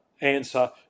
answer